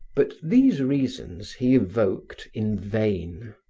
but these reasons he evoked in vain.